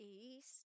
East